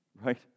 Right